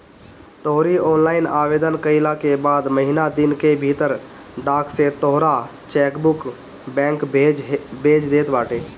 तोहरी ऑनलाइन आवेदन कईला के बाद महिना दिन के भीतर डाक से तोहार चेकबुक बैंक भेज देत बाटे